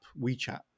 WeChat